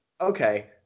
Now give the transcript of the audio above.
Okay